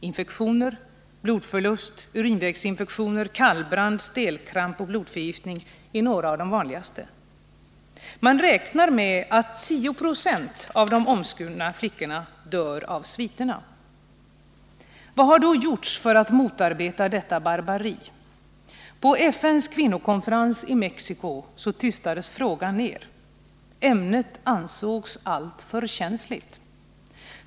Infektioner, blodförlust, urinvägsinfektioner, kallbrand, stelkramp och blodförgiftning är några av de vanligaste. Man räknar med att 10 926 av de omskurna flickorna dör av sviterna. Vad har då gjorts för att motarbeta detta barbari? På FN:s kvinnokonferens i Mexiko tystades frågan ner. Ämnet ansågs alltför känsligt.